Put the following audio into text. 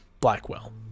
Blackwell